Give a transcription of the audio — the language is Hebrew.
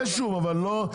יש שום אבל לא,